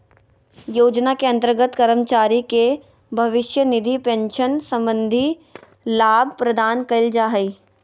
योजना के अंतर्गत कर्मचारी के भविष्य निधि पेंशन संबंधी लाभ प्रदान कइल जा हइ